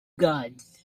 gods